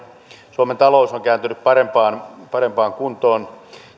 suomen talous on kääntynyt parempaan parempaan kuntoon